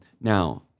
Now